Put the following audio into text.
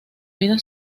vida